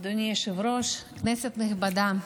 אדוני היושב-ראש, כנסת נכבדה,